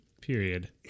Period